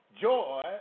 joy